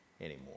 anymore